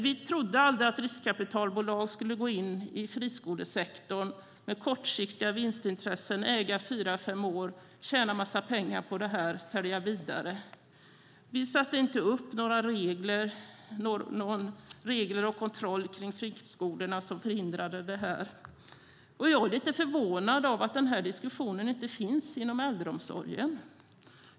Vi trodde aldrig att riskkapitalbolag skulle gå in i friskolesektorn med kortsiktiga vinstintressen, vara ägare i fyra fem år, tjäna en massa pengar och sedan sälja vidare. Vi satte inte upp regler och kontroller för friskolorna som kunde förhindra situationen. Jag är lite förvånad över att diskussionen inte finns inom äldreomsorgen.